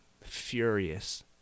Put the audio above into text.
furious